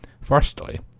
Firstly